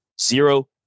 zero